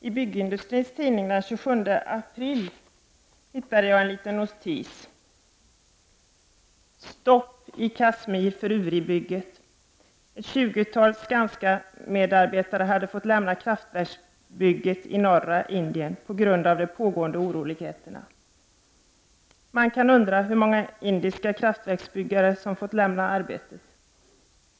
I tidningen Byggindustrin den 27 april hittade jag en liten notis: Stopp i Kashmir för Uri-bygget. Ett tjugotal Skanskamedarbetare hade fått lämna kraftverksbygget i norra Indien på grund av de pågående oroligheterna. Man kan undra hur många indiska kraftverksbyggare som fått lämna arbetet!